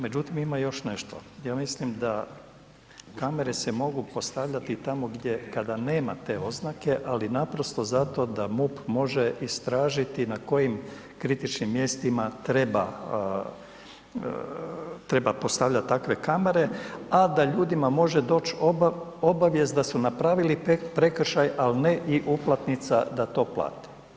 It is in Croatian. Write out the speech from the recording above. Međutim, ima još nešto, ja mislim da kamere se mogu postavljati tamo gdje kada nema te oznake ali naprosto zato da MUP može istražiti na kojim kritičnim mjestima treba postavljati takve kamere a da ljudima može doći obavijest da su napravili prekršaj ali ne i uplatnica da to plate.